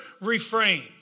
refrain